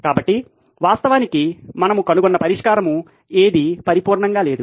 కాబట్టి వాస్తవానికి మనము కనుగొన్న పరిష్కారం ఏదీ పరిపూర్ణంగా లేదు